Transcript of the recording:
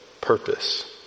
purpose